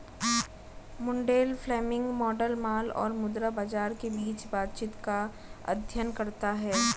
Mundell Fleming model माल और मुद्रा बाजार के बीच बातचीत का अध्ययन करता है